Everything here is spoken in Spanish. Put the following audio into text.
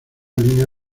línea